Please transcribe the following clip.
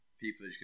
people